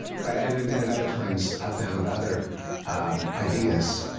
but, and then, at other times, i found other um ideas.